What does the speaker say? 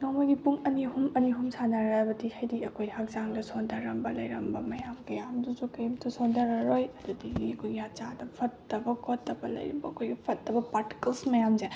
ꯅꯣꯡꯃꯒꯤ ꯄꯨꯡ ꯑꯅꯤ ꯑꯍꯨꯝ ꯑꯅꯤ ꯑꯍꯨꯝ ꯁꯥꯟꯅꯔꯕꯗꯤ ꯍꯥꯏꯗꯤ ꯑꯩꯈꯣꯏ ꯍꯛꯆꯥꯡꯗ ꯁꯣꯟꯊꯔꯝꯕ ꯂꯩꯔꯝꯕ ꯃꯌꯥꯝ ꯀꯌꯥꯝꯗꯨꯁꯨ ꯀꯩꯝꯇ ꯁꯣꯟꯊꯔꯔꯣꯏ ꯑꯗꯨꯗꯒꯤ ꯑꯩꯈꯣꯏꯒꯤ ꯍꯛꯆꯥꯡꯗ ꯐꯠꯇꯕ ꯈꯣꯠꯇꯕ ꯂꯩꯔꯝꯕ ꯑꯩꯈꯣꯏꯒꯤ ꯐꯠꯇꯕ ꯄꯥꯔꯇꯤꯀꯜꯁ ꯃꯌꯥꯝꯁꯦ